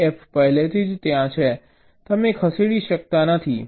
B F પહેલેથી જ ત્યાં છે તમે ખસેડી શકતા નથી